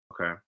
okay